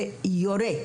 ויורה.